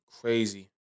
crazy